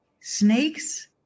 Snakes